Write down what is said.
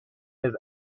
his